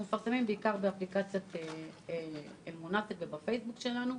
אנחנו מפרסמים בעיקר באפליקציית אלמונסק ובפייסבוק שלנו.